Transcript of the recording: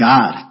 God